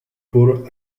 poor